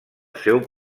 seu